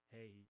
Hey